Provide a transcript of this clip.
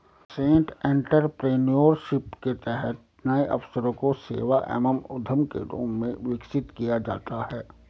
nascent entrepreneurship के तहत नए अवसरों को सेवा एवं उद्यम के रूप में विकसित किया जाता है